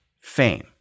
fame